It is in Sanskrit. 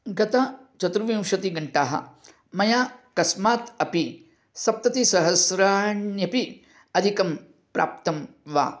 गत चतुर्विंशतिघण्टाः मया कस्मात् अपि सप्ततिसहस्राण्यपि अधिकं प्राप्तं वा